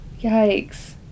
Yikes